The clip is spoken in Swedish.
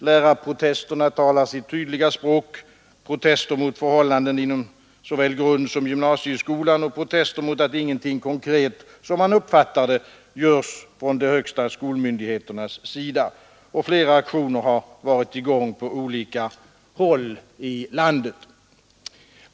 Lärarprotesterna talar sitt tydliga språk — protester mot förhållanden inom såväl grundsom gymnasieskolan och protester mot att ingenting konkret, som man uppfattar det, görs från de högsta skolmyndigheternas sida. Flera aktioner har varit i gång på olika håll i landet.